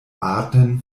arten